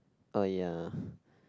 oh ya